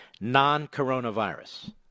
Non-coronavirus